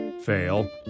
Fail